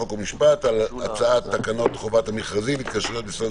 חוק ומשפט על הצעת תקנות חובת המכרזים (התקשרויות משרד